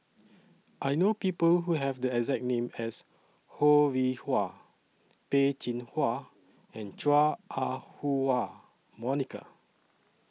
I know People Who Have The exact name as Ho Rih Hwa Peh Chin Hua and Chua Ah Huwa Monica